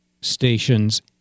stations